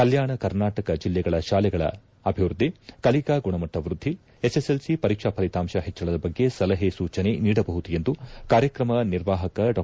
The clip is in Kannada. ಕಲ್ಯಾಣ ಕರ್ನಾಟಕ ಜಿಲ್ಲೆಗಳ ಶಾಲೆಗಳ ಅಭಿವೃದ್ಧಿ ಕಲಿಕಾ ಗುಣಮಟ್ಟ ವೃದ್ಧಿ ಎಸ್ಸೆಸ್ಸೆಲ್ಲಿ ಪರೀಕ್ಷಾ ಫಲಿತಾಂಶ ಹೆಚ್ಚಳದ ಬಗ್ಗೆ ಸಲಹೆ ಸೂಚನೆ ನೀಡಬಹುದು ಎಂದು ಕಾರ್ಯಕ್ರಮ ನಿರ್ವಾಪಕರಾದ ಡಾ